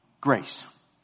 Grace